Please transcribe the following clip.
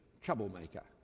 troublemaker